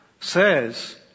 says